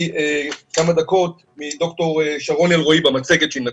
כמה דקות מד"ר שרון אלרעי במצגת שהיא נתנה.